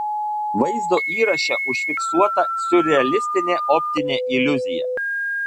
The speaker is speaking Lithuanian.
vaizdo įraše užfiksuota siurrealistinė optinė iliuzija